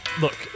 Look